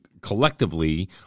collectively